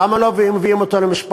למה לא מביאים אותו למשפט?